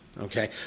Okay